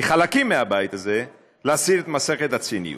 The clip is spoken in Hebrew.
מחלקים מהבית הזה, להסיר את מסכת הציניות.